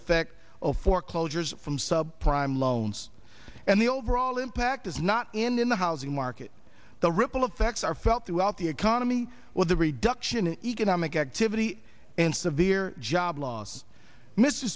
effect of foreclosures from sub prime loans and the overall impact is not in the housing market the ripple effects are felt throughout the economy with a reduction in economic activity and severe job loss mr